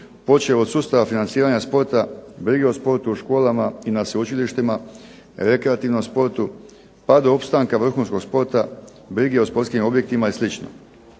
počev od sustava financiranja sporta, brige o sportu, školama, i na sveučilištima, rekreativnom sportu, pa do opstanka vrhunskog sporta, brige o sportskim objektima i